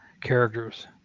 characters